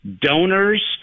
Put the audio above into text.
donors